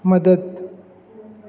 मदद